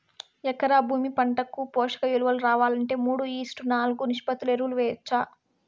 ఎకరా భూమి పంటకు పోషక విలువలు రావాలంటే మూడు ఈష్ట్ నాలుగు నిష్పత్తిలో ఎరువులు వేయచ్చా?